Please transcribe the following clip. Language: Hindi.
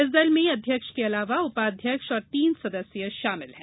इस दल में अध्यक्ष के अलावा उपाध्यक्ष और तीन सदस्य भी शामिल हैं